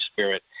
spirit